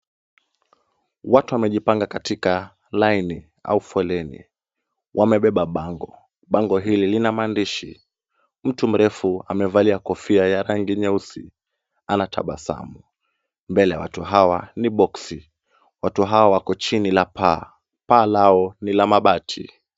Watu wamejipanga katika laini au foleni. Wamebeba bango, bango hili lina maandishi, Mtu mrefu amevalia kofia ya rangi nyeusi, anatabasamu. Mbele ya watu hawa ni boksi, watu hawa wako chini la paa, paa lao ni la mabati.